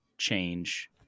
Change